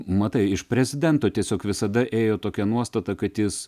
matai iš prezidento tiesiog visada ėjo tokia nuostata kad jis